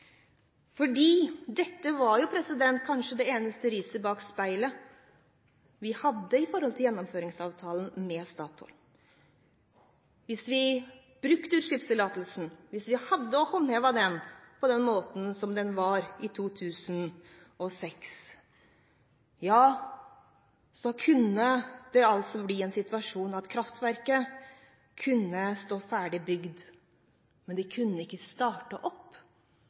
jo kanskje det eneste riset bak speilet vi hadde med tanke på Gjennomføringsavtalen med Statoil. Hvis vi brukte utslippstillatelsen, hvis vi hadde håndhevet den på den måten som den var i 2006, kunne det bli en situasjon at kraftverket sto ferdig bygd, men at det ikke kunne starte opp